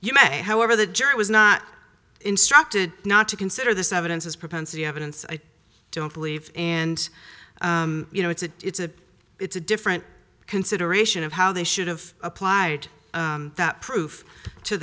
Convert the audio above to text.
you may however the jury was not instructed not to consider this evidence is propensity evidence i don't believe and you know it's a it's a it's a different consideration of how they should've applied that proof to